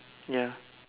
ya